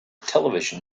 television